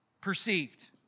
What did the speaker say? perceived